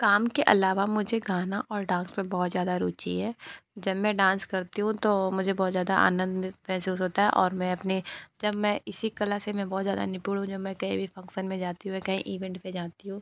काम के अलावा मुझे गाना और डांस में बहुत ज़्यादा रुची है जब मैं डांस करती हूँ तो मुझे बहुत ज़्यादा आनंद महसूस होता है और मैं अपनी जब मैं इसी कला से मैं बहुत ज़्यादा निपुण हूँ जब मैं कहीं भी फंगसन में जाती हूँ या ईभेन्ट पे जाती हूँ